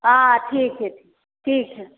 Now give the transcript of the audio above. हँ ठीक हइ ठीक हइ